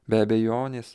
be abejonės